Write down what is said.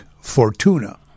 Fortuna